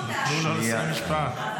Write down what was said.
אבל לא מישהי שנהרגה.